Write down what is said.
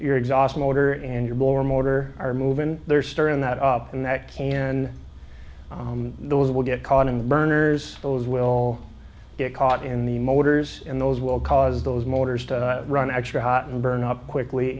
your exhaust motor and your blower motor are moving their star in that up and that can that will get caught in the burners those will get caught in the motors and those will cause those motors to run extra hot and burn up quickly